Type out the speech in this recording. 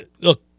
look